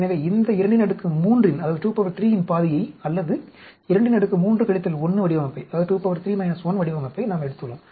எனவே இந்த 23 யின் பாதியை அல்லது 23 1 வடிவமைப்பை நாம் எடுத்துள்ளோம்